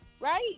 Right